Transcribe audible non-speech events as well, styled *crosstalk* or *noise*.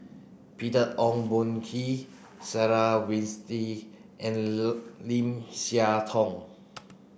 Peter Ong Boon Kwee Sarah Winstedt and *unintelligible* Lim Siah Tong